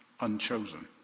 Unchosen